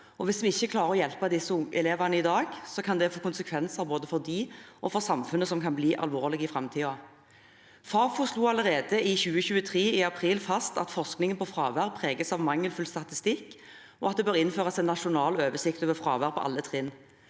Hvis vi ikke klarer å hjelpe disse elevene i dag, kan det både for dem og for samfunnet få konsekvenser som kan bli alvorlige i framtiden. Fafo slo allerede i april 2023 fast at forskningen på fravær preges av mangelfull statistikk, og at det bør innføres en nasjonal oversikt over fravær på alle trinn.